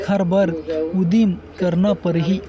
एखर बर उदिम करना परही